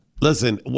Listen